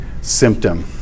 symptom